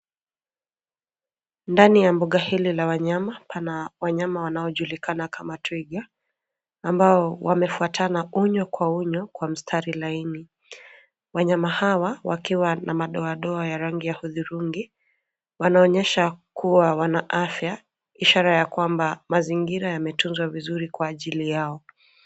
Ndani ya mbuga hili la wanyama pana wanyama wanaojulikana kama twiga ambao wamefuatana unyo kwa unyo kwa mstari laini. Wanyama hawa wakiwa na madoa doa ya rangi ya hudhurungi wanaonyesha kuwa wana afya ishara ya kwamba mazingira yametunzwa vizuri kwa ajili yao.